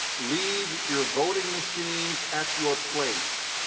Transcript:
leave your voting machines at your place.